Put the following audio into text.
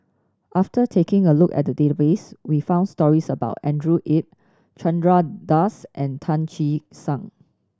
after taking a look at the database we found stories about Andrew Yip Chandra Das and Tan Che Sang